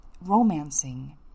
romancing